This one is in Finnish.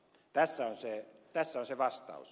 tässä on se vastaus